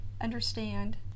understand